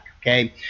okay